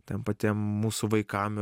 ten patiem mūsų vaikam